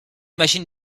machines